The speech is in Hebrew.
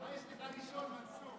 מה יש לך לשאול, מנסור?